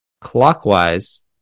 Clockwise